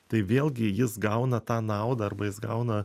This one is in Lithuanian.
tai vėlgi jis gauna tą naudą arba jis gauna